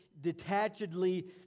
detachedly